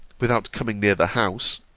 without coming near the house,